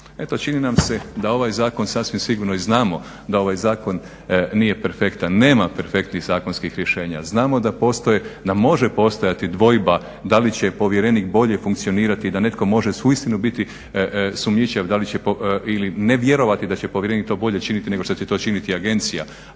Eto čini nam se da ovaj zakon i sasvim sigurno i znamo da ovaj zakon nije perfektan, nema perfektnih zakonskih rješenja, znamo da postoje, da može postojati dvojba da li će povjerenik bolje funkcionirati i da netko može uistinu biti sumnjičav da li će ili ne vjerovati da će povjerenik to bolje činiti nego što će to činiti agencija